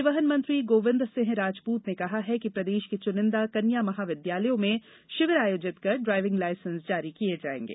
परिवहन मंत्री गोविंद सिंह राजपूत ने कहा है कि प्रदेश के चुनिंदा कन्या महाविद्यालयों में शिविर आयोजित कर ड्रायविंग लायसेंस जारी किये जायेंगे